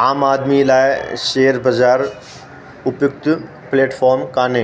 आम आदमी लाइ शेयर बज़ारु उपयुक्त प्लेटफ़ॉम कान्हे